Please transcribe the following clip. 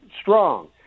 strong